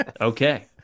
Okay